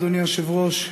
אדוני היושב-ראש,